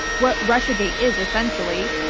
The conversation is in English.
what russiagate is, essentially,